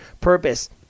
purpose